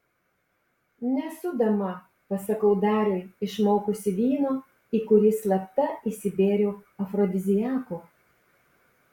nesu dama pasakau dariui išmaukusi vyno į kurį slapta įsibėriau afrodiziakų